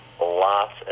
lots